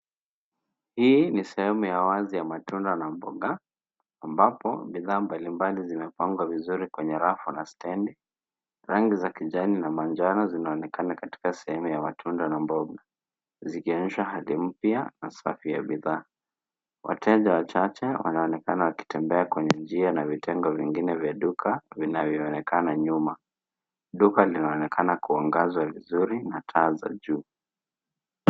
Hii ni sehemu ya wazi ya matunda na mboga ambapo bidhaa mbalimbali zinapangwa vizuri kwenye rafu na stendi. Rangi za kijani na manjano zinaonekana katika sehemu ya matunda na mboga, zikionyesha hali mpya na safu ya bidhaa. Wateja wachache wanaonekana wakitembea kwenye njia na vitengo vingine vya duka vinavyoonekana nyuma. Duka linaonekana kuangazwa vizuri na taa za juu.